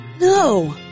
No